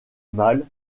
mal